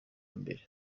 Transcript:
mbere